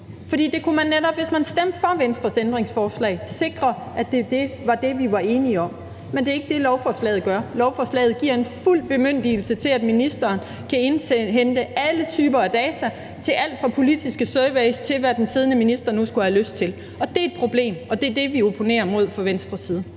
til diskussion. For hvis man stemte for Venstres ændringsforslag, kunne man netop sikre, at det var det, vi var enige om. Men det er ikke det, lovforslaget gør. Lovforslaget giver en fuld bemyndigelse til, at ministeren kan indhente alle typer af data til alt fra politiske surveys til, hvad den siddende minister nu skulle have lyst til. Det er et problem, og det er det, vi opponerer mod fra Venstres side.